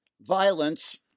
violence